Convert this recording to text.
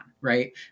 right